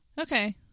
Okay